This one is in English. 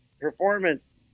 performance